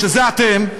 שזה אתם,